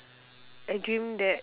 I dream that